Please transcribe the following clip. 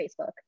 Facebook